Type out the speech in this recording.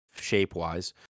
shape-wise